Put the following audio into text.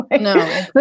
No